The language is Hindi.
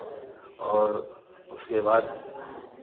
और उसके बाद